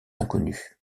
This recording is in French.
inconnue